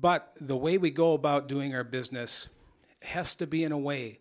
but the way we go about doing our business has to be in a way